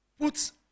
puts